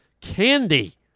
candy